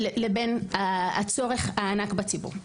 לבין הצורך הענק בציבור.